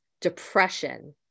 depression